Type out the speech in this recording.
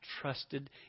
trusted